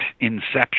Inception